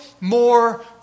more